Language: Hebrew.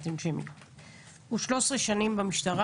13 שנה,